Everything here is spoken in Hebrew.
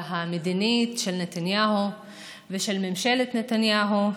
המדינית של נתניהו ושל ממשלת נתניהו,